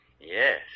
Yes